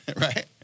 Right